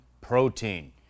Protein